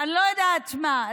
אני לא יודעת מה,